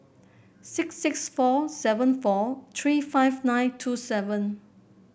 six six four seven four three five nine two seven